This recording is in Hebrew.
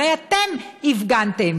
הרי אתם הפגנתם,